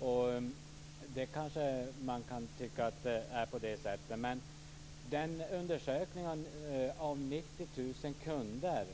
Man kanske kan tycka att det är på det sättet, men i den undersökning bland 90 000 kunder